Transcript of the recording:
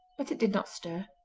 but it did not stir.